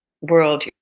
world